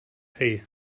hey